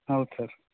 ಹೌದು ಸರ್